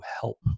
help